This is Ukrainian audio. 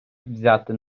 взяти